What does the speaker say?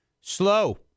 Slow